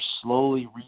slowly